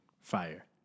fire